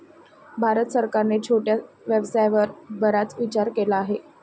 भारत सरकारने छोट्या व्यवसायावर बराच विचार केला आहे